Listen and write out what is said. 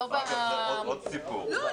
עם תוקף עד 23 בספטמבר 2020,